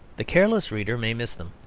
the careless reader may miss them.